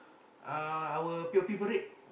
uh our P_O_P parade